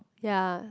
ya